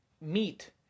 meet